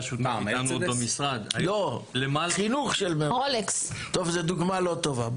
שותף גם עוד במשרד טוב זו דוגמה לא טובה,